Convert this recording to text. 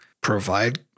provide